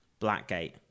Blackgate